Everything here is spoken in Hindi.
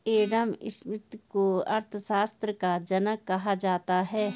एडम स्मिथ को अर्थशास्त्र का जनक कहा जाता है